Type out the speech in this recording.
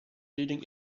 leading